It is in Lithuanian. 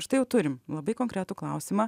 štai jau turim labai konkretų klausimą